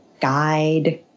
guide